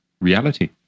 reality